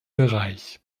bereich